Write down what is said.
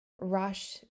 rush